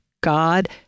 God